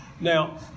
Now